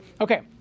Okay